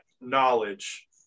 knowledge